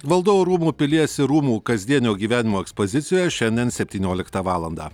valdovų rūmų pilies ir rūmų kasdienio gyvenimo ekspozicijoje šiandien septynioliktą valandą